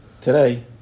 today